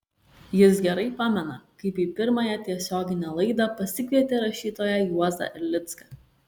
jis gerai pamena kaip į pirmąją tiesioginę laidą pasikvietė rašytoją juozą erlicką